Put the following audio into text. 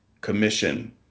commission